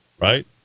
right